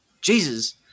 Jesus